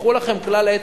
קחו לכם כלל אצבע,